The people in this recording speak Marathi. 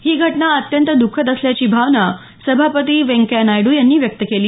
ही घटना अत्यंत दुःखद असल्याची भावना सभापती व्यंकय्या नायडू यांनी व्यक्त केली